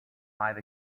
five